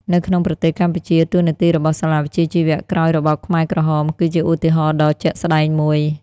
នៅក្នុងប្រទេសកម្ពុជា តួនាទីរបស់សាលាវិជ្ជាជីវៈក្រោយរបបខ្មែរក្រហមគឺជាឧទាហរណ៍ដ៏ជាក់ស្តែងមួយ។